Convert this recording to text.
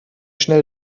schnell